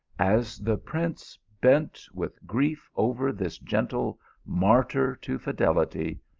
as the prince bent with grief over this gentle martyr to fidelity,